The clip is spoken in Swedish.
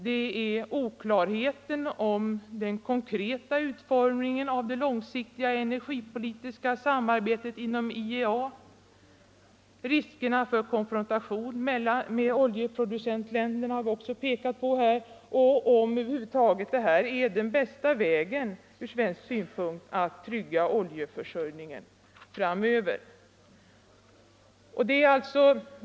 Vidare finns oklarheten om den konkreta utformningen av det långsiktiga energipolitiska samarbetet inom IEA, riskerna för konfrontation med oljeproducentländerna och frågan huruvida detta sätt att trygga oljeförsörjningen ur svensk synpunkt över huvud taget är den bästa vägen.